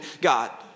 God